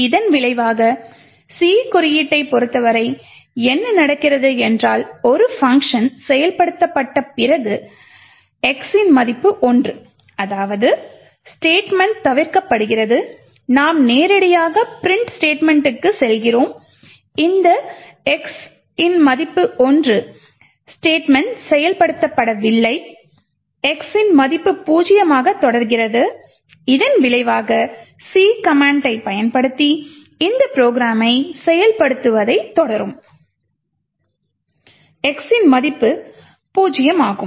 இதன் விளைவாக C கோட்டைப் பொறுத்தவரை என்ன நடக்கிறது என்றால் ஒரு பங்க்ஷன் செயல்படுத்தப்பட்ட பிறகு x 1 அதாவது ஸ்டேட்மெண்ட் தவிர்க்கப்படுகிறது நாம் நேரடியாக printf ஸ்டேட்மெண்ட்டுக்கு செல்கிறோம் இந்த x 1 ஸ்டேட்மெண்ட் செயல்படுத்தப்படவில்லை x இன் மதிப்பு பூஜ்ஜியமாகத் தொடர்கிறது இதன் விளைவாக C கமெண்டைப் பயன்படுத்தி இந்த ப்ரோக்ராமை செயல்படுத்துவதைத் தொடரும்போது x இன் மதிப்பு பூஜ்ஜியமாகும்